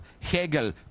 Hegel